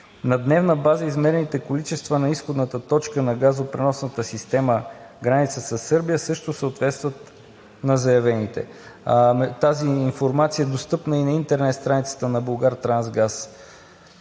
На дневна база измерените количества на изходната точка на газопреносната система граница със Сърбия също съответстват на заявените. Тази информация е достъпна и на интернет страницата на „Булгартрансгаз“.